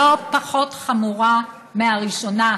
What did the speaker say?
לא פחות חמורה מהראשונה,